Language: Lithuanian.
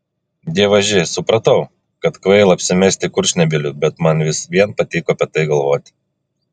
dievaži supratau kad kvaila apsimesti kurčnebyliu bet man vis vien patiko apie tai galvoti